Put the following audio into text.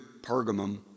Pergamum